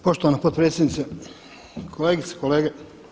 Poštovana potpredsjednice, kolegice i kolege.